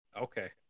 Okay